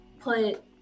put